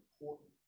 important